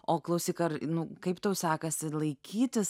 o klausyk ar nu kaip tau sekasi laikytis